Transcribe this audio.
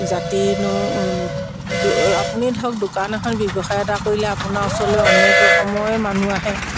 জাতিনো আপুনি ধৰক দোকান এখন ব্যৱসায় এটা কৰিলে আপোনাৰ ওচৰলৈ অনেক ৰকমৰেই মানুহ আহে